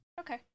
Okay